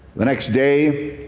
the next day,